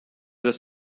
this